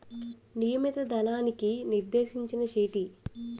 నియమిత ధనానికి నిర్దేశించిన చీటీ